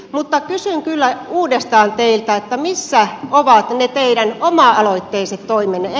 mutta kysyn kyllä uudestaan teiltä missä ovat ne teidän oma aloitteiset toimenne